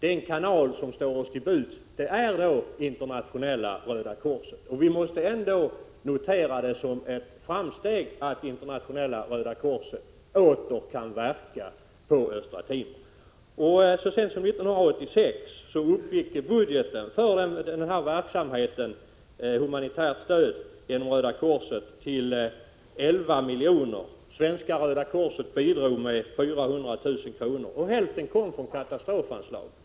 Den kanal som står oss till buds är Internationella röda korset, och vi måste ändå notera som ett framsteg att Internationella röda korset åter kan verka på Östra Timor. Så sent som 1986 uppgick budgeten för humanitärt stöd genom Röda korset till 11 milj.kr. — Svenska röda korset bidrog med 400 000 kr. — och hälften kom från katastrofanslaget.